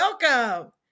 welcome